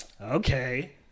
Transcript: Okay